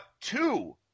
two